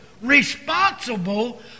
responsible